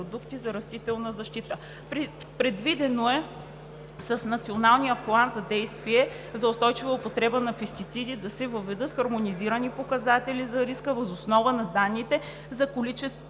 за растителна защита. Предвидено е с Националния план за действие за устойчива употреба на пестициди да се въведат хармонизирани показатели за риска въз основа на данните за количествата